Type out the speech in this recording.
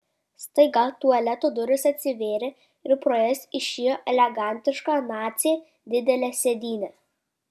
staiga tualeto durys atsivėrė ir pro jas išėjo elegantiška nacė didele sėdyne